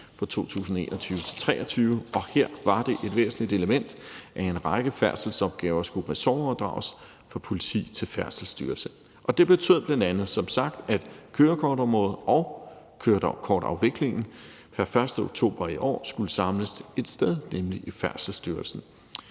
til 2023, og her var det et væsentligt element, at en række færdselsopgaver skulle ressortoverdrages fra politi til Færdselsstyrelsen, og det betød bl.a. som sagt, at kørekortområdet og kørekortafviklingen pr. 1. oktober i år skulle samles ét sted, nemlig i Færdselsstyrelsen.